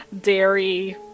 dairy